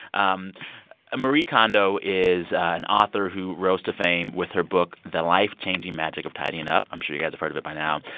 um marie kondo is an author who rose to fame with her book the life-changing magic of tidying up. i'm sure you guys have heard of it by now.